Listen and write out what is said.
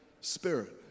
Spirit